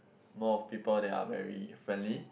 more of people that are very friendly